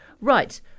Right